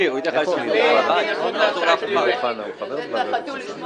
הגברת רוצה להגיד משהו.